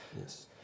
Yes